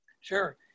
sure